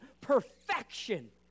perfection